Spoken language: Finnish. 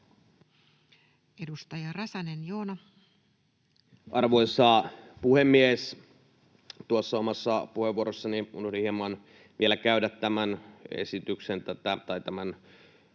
Edustaja Räsänen, Joona. Arvoisa puhemies! Tuossa omassa puheenvuorossani unohdin hieman vielä käydä läpi tämän vastalauseemme mukaisen esityksen